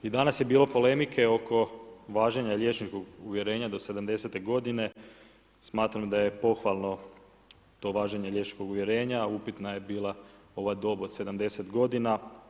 I danas je bilo polemike oko važenja liječničkog uvjerenja do 70-te godine, smatramo da je pohvalno to važenje liječničkog uvjerenja, upitna je bila ova dob od 70 godina.